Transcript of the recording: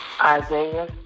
Isaiah